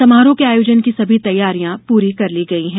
समारोह के आयोजन की सभी तैयारियां पूरी कर ली गई हैं